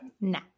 No